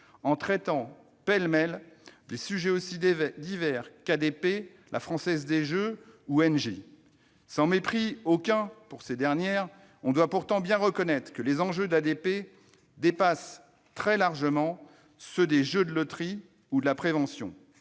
en traitant pêle-mêle de sujets aussi divers qu'ADP, la Française des jeux ou Engie. Sans mépris aucun pour ces dernières entreprises, on doit pourtant bien reconnaître que les enjeux d'ADP dépassent très largement ceux des jeux de loterie ou de la prévention.